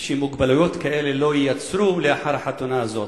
שמוגבלויות כאלה לא יהיו לאחר החתונה הזאת.